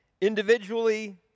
Individually